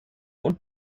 und